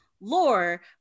lore